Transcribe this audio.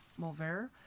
Mulver